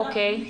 אוקיי.